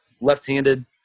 left-handed